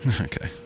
Okay